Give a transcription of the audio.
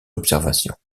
observations